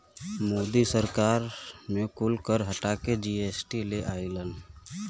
मोदी सरकार भारत मे कुल कर हटा के जी.एस.टी ले अइलन